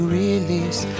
release